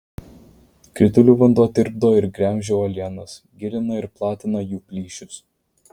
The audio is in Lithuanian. kritulių vanduo tirpdo ir gremžia uolienas gilina ir platina jų plyšius